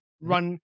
run